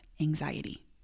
anxiety